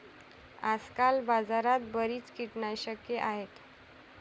आजकाल बाजारात बरीच कीटकनाशके आहेत